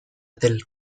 del